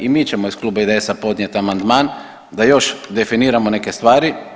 I mi ćemo iz Kluba IDS-a podnijeti amandman, da još definiramo neke stvari.